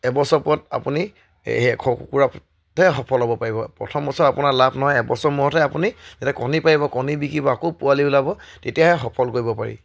এবছৰ পৰত আপুনি এই এশ কুকুৰাতহে সফল হ'ব পাৰিব প্ৰথম বছৰ আপোনাৰ লাভ নহয় এবছৰ মূৰতহে আপুনি যেতিয়া কণী পাৰিব কণী বিকিব আকৌ পোৱালি ওলাব তেতিয়াহে সফল কৰিব পাৰি